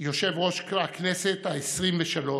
יושב-ראש הכנסת העשרים-ושלוש